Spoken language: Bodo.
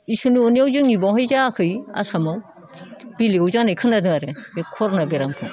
इसोरनि अननायाव जोंनि बावहाय जायाखै आसामाव बेलेगाव जानाय खोनादों आरो बे करना बेरामखो